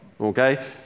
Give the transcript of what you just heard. okay